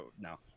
no